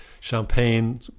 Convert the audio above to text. champagne